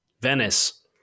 Venice